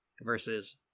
versus